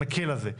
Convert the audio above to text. המקל הזה,